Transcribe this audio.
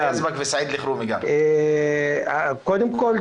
קודם כל,